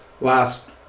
last